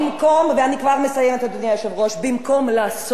לעסוק בבעיות האמיתיות: